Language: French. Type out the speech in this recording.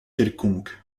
quelconque